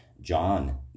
John